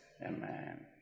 amen